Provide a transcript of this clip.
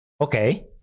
Okay